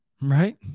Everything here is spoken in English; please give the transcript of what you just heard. Right